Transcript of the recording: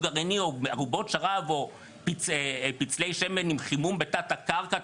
גרעיני או ארובות שרב או פצלי שמן עם חימום בתת הקרקע?